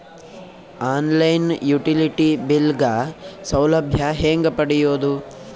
On line utility bill ಗ ಸೌಲಭ್ಯ ಹೇಂಗ ಪಡೆಯೋದು?